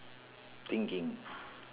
thinking